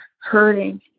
hurting